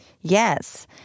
Yes